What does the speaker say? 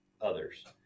others